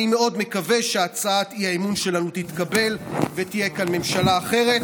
אני מאוד מקווה שהצעת האי-אמון שלנו תתקבל ותהיה כאן ממשלה אחרת.